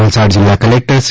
વલસાડ જિલ્લા collector C